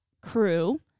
crew